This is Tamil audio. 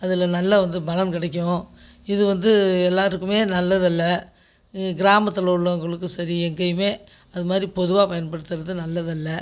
அதில் நல்ல வந்து பலம் கிடைக்கும் இது வந்து எல்லாருக்குமே நல்லதல்ல இ கிராமத்தில் உள்ளவங்களுக்கும் சரி எங்கேயுமே அது மாதிரி பொதுவாக பயன்படுத்தறது நல்லதல்ல